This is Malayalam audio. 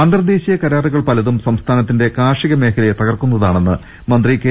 അന്തർദേശീയ കരാറുകൾ പലതും സംസ്ഥാനത്തിന്റെ കാർഷിക മേഖ ലയെ തകർക്കുന്നതാണെന്ന് മന്ത്രി കെ